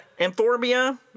amphorbia